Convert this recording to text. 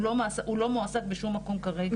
הוא לא מועסק בשום מקום כרגע.